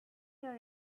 your